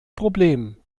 problem